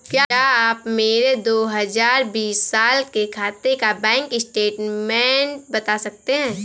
क्या आप मेरे दो हजार बीस साल के खाते का बैंक स्टेटमेंट बता सकते हैं?